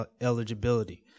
eligibility